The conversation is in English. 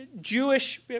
Jewish